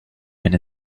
been